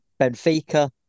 Benfica